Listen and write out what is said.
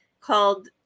called